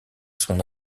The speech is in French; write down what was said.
son